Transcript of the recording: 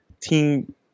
team